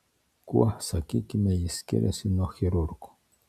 kuo sakykime jis skiriasi nuo chirurgo